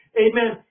amen